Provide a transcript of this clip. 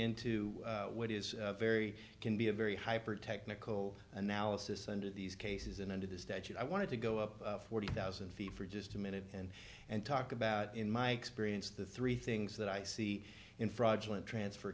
into what is very can be a very hyper technical analysis under these cases and under the statute i want to go up forty thousand feet for just a minute and and talk about in my experience the three things that i see in fraudulent transfer